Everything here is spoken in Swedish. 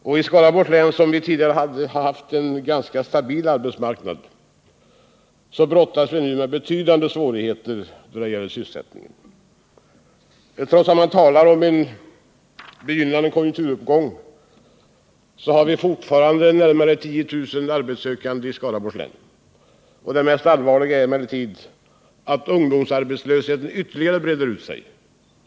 I Skaraborgs län, där vi tidigare hade en ganska stabil arbetsmarknad, brottas vi nu med betydande svårigheter när det gäller sysselsättningen. Trots att man talar om en begynnande konjunkturuppgång har vi fortfarande närmare 10009 arbetssökande i Skaraborgs län. Det mest allvarliga är emellertid att ungdomsarbetslösheten ytterligare breder ut sig.